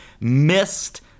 missed